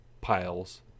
piles